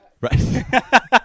Right